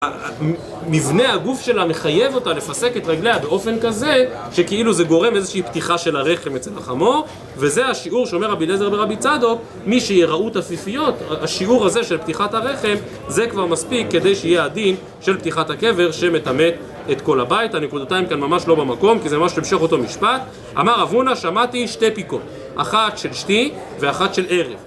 מבנה הגוף שלה מחייב אותה לפסק את רגליה באופן כזה שכאילו זה גורם איזושהי פתיחה של הרחם אצל החמור וזה השיעור שאומר רבי לזר ורבי צדוק מי שיראו תפיפיות, השיעור הזה של פתיחת הרחם זה כבר מספיק כדי שיהיה הדין של פתיחת הקבר שמטמא את כל הבית הנקודתיים כאן ממש לא במקום כי זה ממש המשך אותו משפט אמר אבונה שמעתי שתי פיקות אחת של שתי ואחת של ערב